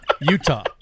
utah